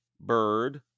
bird